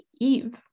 Eve